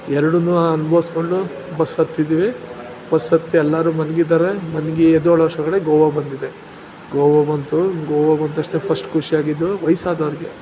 ಎರಡನ್ನೂ ಅನ್ಭವಿಸ್ಕೊಂಡು ಬಸ್ ಹತ್ತಿದ್ವಿ ಬಸ್ ಹತ್ತಿ ಎಲ್ಲರೂ ಮಲಗಿದ್ದಾರೆ ಮಲಗಿ ಎದ್ದೇಳೋ ಅಷ್ಟರೊಳಗಡೆ ಗೋವಾ ಬಂದಿದೆ ಗೋವಾ ಬಂತು ಗೋವಾ ಬಂದ ತಕ್ಷಣ ಫಸ್ಟ್ ಖುಷಿಯಾಗಿದ್ದು ವಯಸ್ಸಾದವ್ರಿಗೆ